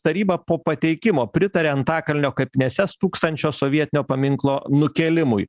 taryba po pateikimo pritarė antakalnio kapinėse stūksančio sovietinio paminklo nukėlimui